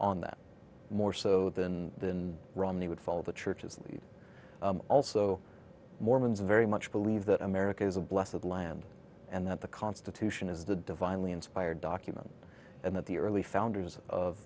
on that more so than the romney would follow the churches and also mormons very much believe that america is a blessed of the land and that the constitution is the divinely inspired document and that the early founders of